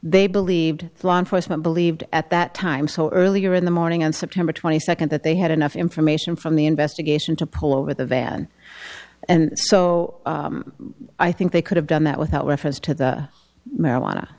they believed law enforcement believed at that time so earlier in the morning on september twenty second that they had enough information from the investigation to pull over the van and so i think they could have done that without reference to the marijuana